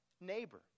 neighbor